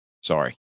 Sorry